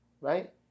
Right